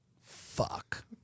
Fuck